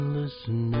listen